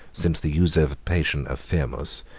since the usurpation of firmus,